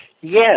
Yes